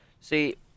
See